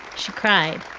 she cried.